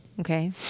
Okay